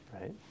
right